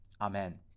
Amen